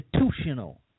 institutional